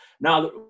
Now